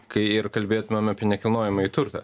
kai ir kalbėtumėm apie nekilnojamąjį turtą